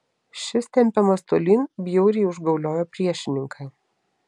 šis tempiamas tolyn bjauriai užgauliojo priešininką